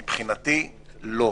מבחינתי, לא.